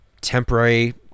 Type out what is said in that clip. temporary